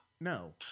No